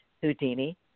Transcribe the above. houdini